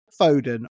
foden